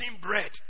bread